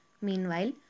Meanwhile